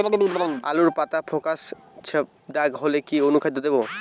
আলুর পাতা ফেকাসে ছোপদাগ হলে কি অনুখাদ্য দেবো?